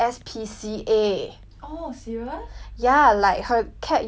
ya like her cat used to get tortured by her ex